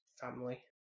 family